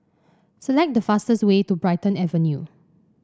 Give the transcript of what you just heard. select the fastest way to Brighton Avenue